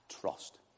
trust